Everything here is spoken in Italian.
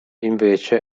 invece